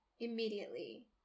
immediately